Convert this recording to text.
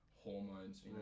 Hormones